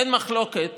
אין מחלוקת